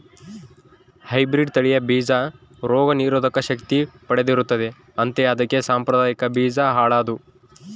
hybrid ತಳಿಯ ಬೀಜ ರೋಗ ನಿರೋಧಕ ಶಕ್ತಿ ಪಡೆದಿರುತ್ತದೆ ಅಂತೆ ಅದಕ್ಕೆ ಸಾಂಪ್ರದಾಯಿಕ ಬೀಜ ಹಾಳಾದ್ವು